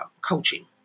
coaching